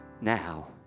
now